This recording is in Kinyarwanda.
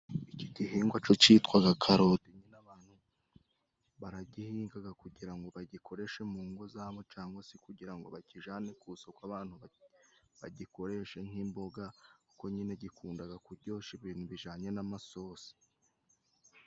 Iki gihingwa co citwaga karoti abantu baragihingaga kugira ngo bagikoreshe mu ngo zabo cangwa se kugira ngo bakijane ku soko, abantu bagikoreshe nk'imboga kuko nyine gikundaga kuryosha ibintu bijanye n'amasosi.